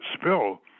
spill